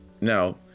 Now